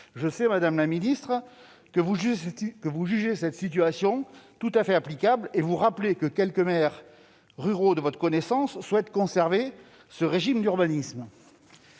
Je sais, madame la ministre, que vous jugez cette solution tout à fait applicable ; vous rappelez que quelques maires ruraux de votre connaissance souhaitent conserver ce régime d'urbanisme.